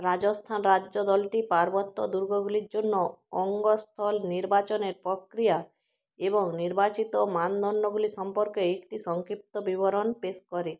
রাজস্থান রাজ্য দলটি পার্বত্য দুর্গগুলির জন্য অঙ্গ স্থল নির্বাচনের প্রক্রিয়া এবং নির্বাচিত মানদণ্ডগুলি সম্পর্কে একটি সংক্ষিপ্ত বিবরণ পেশ করে